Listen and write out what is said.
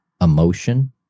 emotion